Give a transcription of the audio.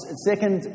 Second